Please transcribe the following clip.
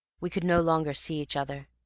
we could no longer see each other.